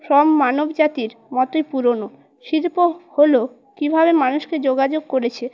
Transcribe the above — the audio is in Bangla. ফর্ম মানবজাতির মতোই পুরোনো শিল্প হলো কীভাবে মানুষকে যোগাযোগ করেছে